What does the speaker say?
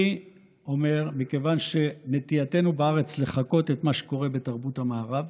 אני אומר שמכיוון שנטייתנו בארץ היא לחקות את מה שקורה בתרבות המערב,